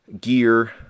gear